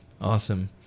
Awesome